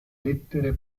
lettere